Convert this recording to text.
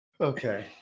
okay